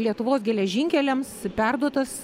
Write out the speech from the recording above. lietuvos geležinkeliams perduotas